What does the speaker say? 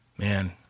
Man